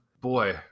Boy